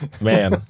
man